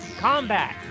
Combat